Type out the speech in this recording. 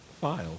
file